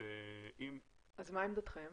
אז מה עמדתכם?